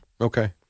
Okay